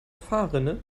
fahrrinne